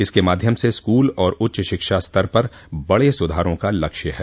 इसके माध्यम से स्कूल और उच्च शिक्षा स्तर पर बडे सुधारों का लक्ष्य है